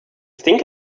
think